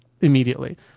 immediately